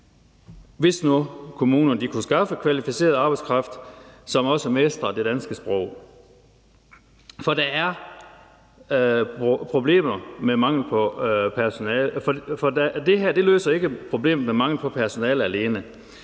hvis nu kommunerne kunne skaffe kvalificeret arbejdskraft, som også mestrer det danske sprog. Det her løser ikke problemet med mangel på personale alene.